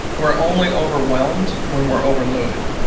we're only overwhelmed when we're overloaded.